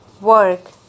work